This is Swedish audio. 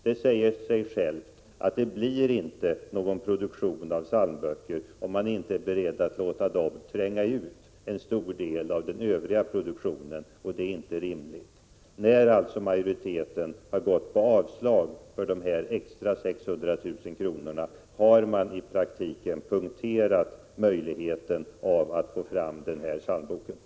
Det säger sig självt att det inte blir någon produktion av psalmböcker om man inte är beredd att låta dem tränga ut en stor del av den övriga produktionen — och det är inte rimligt. När majoriteten har tillstyrkt avslag vad gäller de extra 600 000 kr. har man i praktiken punkterat möjligheten att ta fram psalmboken.